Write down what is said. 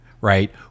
right